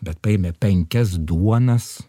bet paėmė penkias duonas